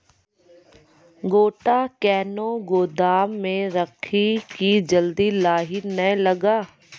गोटा कैनो गोदाम मे रखी की जल्दी लाही नए लगा?